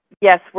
yes